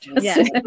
Yes